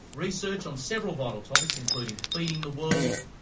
research on several vital topics including feeding the world,